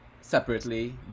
separately